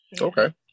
Okay